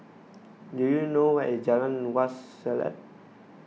do you know where is Jalan Wak Selat